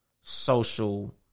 social